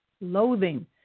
loathing